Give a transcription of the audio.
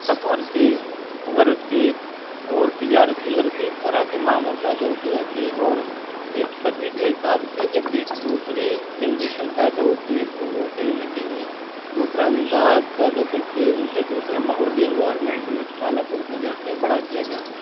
سفر کے غرض سے اور تجارت کی غرض سے اس طرح کی معمول پیدا ہوتی رہتی ہے اور ایک صدی کے حساب سے جب ایک دوسری جنریشن پیدا ہوتی ہے تو وہ کہیں نہ کہیں دوسرا انداز پیدا کرتی ہے اسے دوسرے ماحول یا انوائرمنٹ میں پالا پوسا جاتا ہے بڑا کیا جاتا ہے